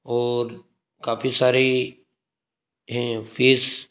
और काफ़ी सारी हैं फीस